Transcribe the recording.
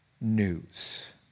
news